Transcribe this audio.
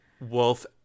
Wolf